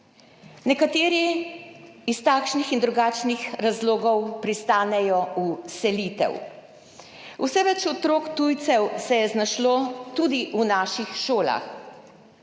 Nekateri iz takšnih in drugačnih razlogov pristanejo v selitev. Vse več otrok tujcev se je znašlo tudi v naših šolah.